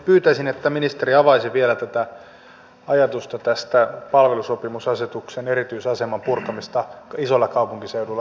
pyytäisin että ministeri avaisi vielä tätä ajatusta tästä palvelusopimusasetuksen erityisaseman purkamisesta isoilla kaupunkiseuduilla minkä vuoksi